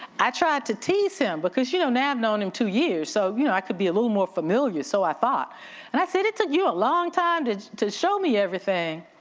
i tried to tease him. because you know now i've known him two years so you know i could be a little more familiar, so i thought and i said, it took you a long time to to show me everything.